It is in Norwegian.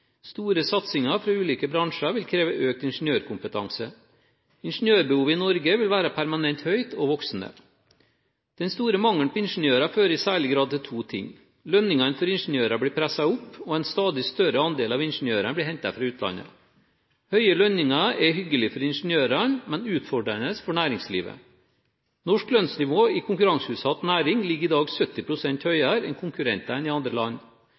Store satsinger fra ulike bransjer vil kreve økt ingeniørkompetanse. Ingeniørbehovet i Norge vil være permanent høyt og voksende. Den store mangelen på ingeniører fører i særlig grad til to ting: Lønningene for ingeniører blir presset opp, og en stadig større andel av ingeniørene blir hentet fra utlandet. Høye lønninger er hyggelig for ingeniørene, men utfordrende for næringslivet. Norsk lønnsnivå i konkurranseutsatt næring ligger i dag 70 pst. høyere enn konkurrentene i andre land.